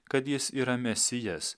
kad jis yra mesijas